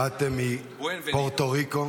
באתם מפורטו ריקו